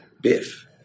Biff